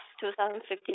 2015